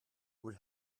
would